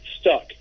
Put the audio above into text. stuck